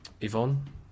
Yvonne